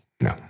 no